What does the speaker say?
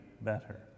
better